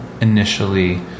initially